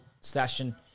session